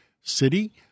city